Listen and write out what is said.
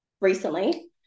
recently